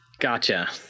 Gotcha